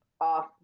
off